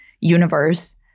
universe